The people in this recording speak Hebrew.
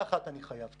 אני חייב להגיד עוד מילה.